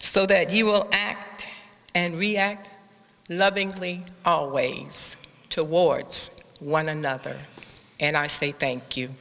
so that you will act and react lovingly always towards one another and i say thank you